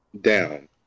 down